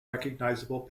recognisable